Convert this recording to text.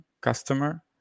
customer